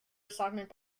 assignment